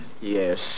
Yes